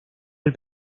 del